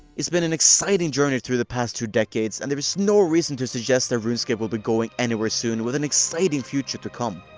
it's been an exciting journey through the past two decades, and there is no reason to suggest runescape will be going anywhere soon, with an exciting future to come.